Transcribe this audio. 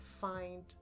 find